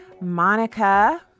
Monica